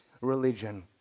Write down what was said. religion